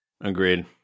Agreed